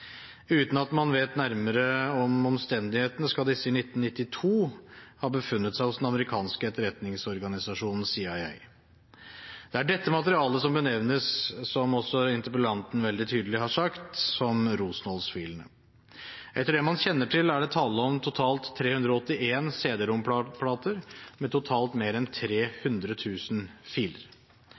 Uten at man vet nærmere om omstendighetene, skal disse i 1992 ha befunnet seg hos den amerikanske etterretningsorganisasjonen CIA. Det er dette materialet som benevnes – som også interpellanten veldig tydelig har sagt – som Rosenholz-filene. Etter det man kjenner til, er det tale om totalt 381 CD-ROM-er med totalt mer enn 300 000 filer.